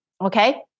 Okay